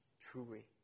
truly